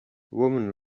woman